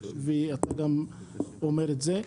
ואתה גם אומר את זה.